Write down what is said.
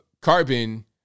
carbon